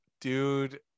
Dude